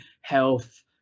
health